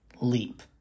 leap